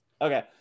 okay